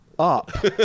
up